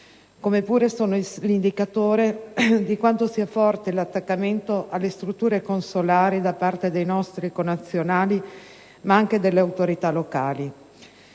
come pure l'indicatore di quanto sia forte l'attaccamento alle strutture consolari da parte dei nostri connazionali, ma anche delle autorità locali.